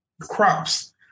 crops